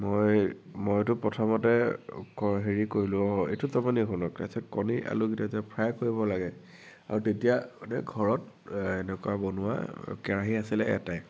মই মইতো প্ৰথমতে হেৰি কৰিলো অঁ এইটো জমনি হ'ল তাৰপিছত কণী আলুকিটা যে ফ্ৰাই কৰিব লাগে আৰু তেতিয়া মানে ঘৰত এনেকুৱা বনোৱা কেৰাহী আছিলে এটাই